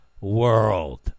world